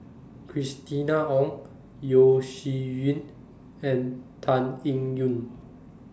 Christina Ong Yeo Shih Yun and Tan Eng Yoon